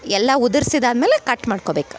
ಎಲ್ಲ ಉದ್ರಿಸಿದ ಆದ್ಮೇಲೆ ಕಟ್ ಮಾಡ್ಕೊಬೇಕು